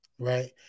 right